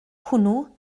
hwnnw